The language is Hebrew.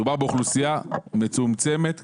מדובר באוכלוסייה מצומצמת וקטנה.